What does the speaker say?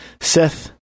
Seth